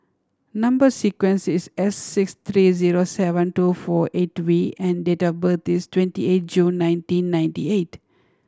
number sequence is S six three zero seven two four eight V and date of birth is twenty eight June nineteen ninety eight